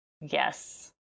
Yes